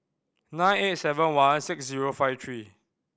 nine eight seven one six zero five three